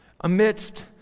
amidst